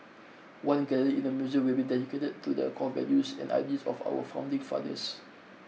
one gallery in the museum will be dedicated to the core values and ideals of our founding fathers